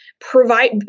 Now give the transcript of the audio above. provide